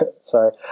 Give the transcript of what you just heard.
Sorry